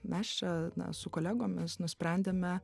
mes čia na su kolegomis nusprendėme